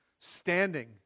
standing